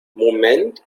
moment